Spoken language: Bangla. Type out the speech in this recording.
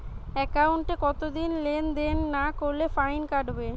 একাউন্টে কতদিন লেনদেন না করলে ফাইন কাটবে?